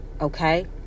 Okay